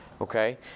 okay